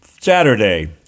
Saturday